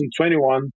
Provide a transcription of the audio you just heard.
2021